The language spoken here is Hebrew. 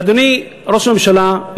ואדוני ראש הממשלה,